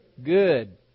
good